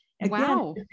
Wow